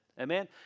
Amen